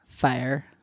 fire